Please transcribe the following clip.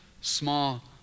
small